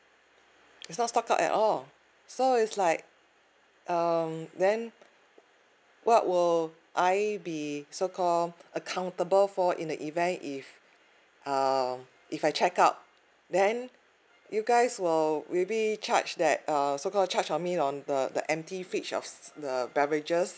it's not stock up at all so is like um then what will I be so called accountable for in the event if um if I check out then you guys will maybe charge that uh so called charge on me on the the empty fridge of the beverages